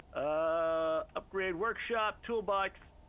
ah upgrade workshop, toolbox,